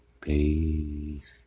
Peace